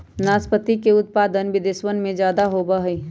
नाशपाती के उत्पादन विदेशवन में ज्यादा होवा हई